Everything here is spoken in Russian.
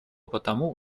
потому